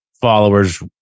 followers